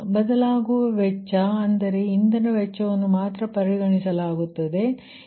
ಬದಲಾಗುವ ವೆಚ್ಚ ಅಂದರೆ ಇಂಧನ ವೆಚ್ಚವನ್ನು ಮಾತ್ರ ಪರಿಗಣಿಸಲಾಗುತ್ತದೆ ಅದನ್ನು ಪರಿಗಣಿಸಲಾಗುತ್ತದೆ